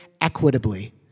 equitably